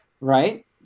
right